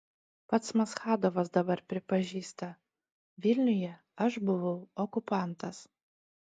pats maschadovas dabar pripažįsta vilniuje aš buvau okupantas